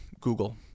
Google